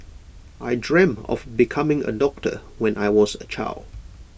I dreamt of becoming A doctor when I was A child